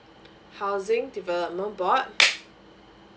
housing development board